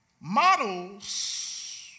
Models